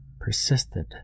persisted